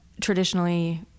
traditionally